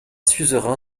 suzerain